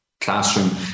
classroom